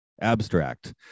Abstract